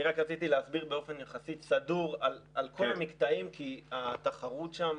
אני רק רציתי להסביר באופן יחסי וסדור על כל המקטעים כי התחרות שם